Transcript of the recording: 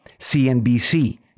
CNBC